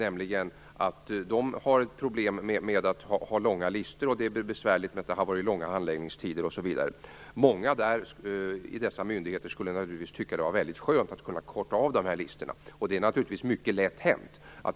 De har nämligen problem med långa listor, långa handläggningstider osv. Många i dessa myndigheter skulle naturligtvis tycka att det vore väldigt skönt att kunna korta dessa listor.